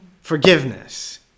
forgiveness